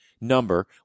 number